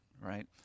right